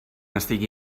estigui